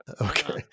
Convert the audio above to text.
Okay